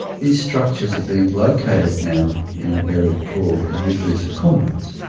these structures are being located now in an area called the nucleus accumbens.